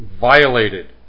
violated